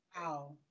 Wow